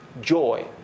joy